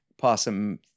possum